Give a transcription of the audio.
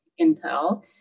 Intel